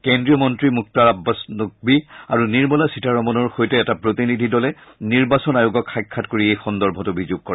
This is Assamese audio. কেন্দ্ৰীয় মন্ত্ৰী মুখতাৰ আববাছ নক্ভী আৰু নিৰ্মলা সীতাৰমনৰ সৈতে এটা প্ৰতিনিধি দলে নিৰ্বাচন আয়োগক সাক্ষাৎ কৰি এই সন্দৰ্ভত অভিযোগ কৰে